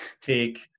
take